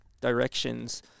directions